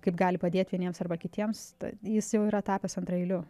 kaip gali padėti vieniems arba kitiems jis jau yra tapęs antraeiliu